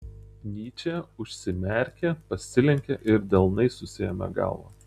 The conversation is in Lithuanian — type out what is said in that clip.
nyčė užsimerkė pasilenkė ir delnais susiėmė galvą